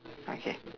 okay